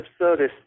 absurdist